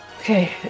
okay